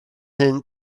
hyn